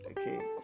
Okay